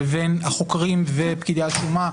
לבין החוקים ופקידי השומה.